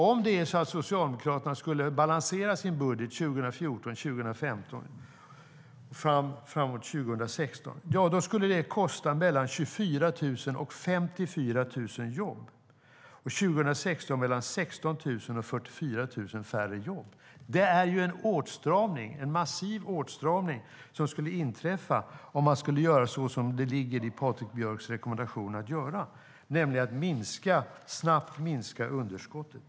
Om Socialdemokraterna skulle balansera sin budget 2014/15 skulle det kosta mellan 24 000 och 54 000 jobb, och 2016 skulle det bli mellan 16 000 och 44 000 färre jobb. Det är en massiv åtstramning som skulle inträffa om man skulle göra så som det ligger i Patrik Björcks rekommendation att göra, nämligen snabbt minska underskottet.